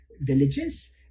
villages